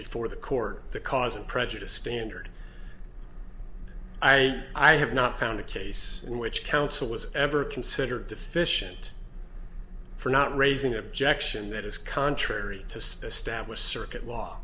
before the court because i'm prejudiced standard i i have not found a case in which counsel was ever considered deficient for not raising objection that is contrary to establish circuit law